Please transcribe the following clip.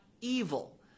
evil